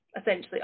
essentially